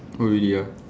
oh really ah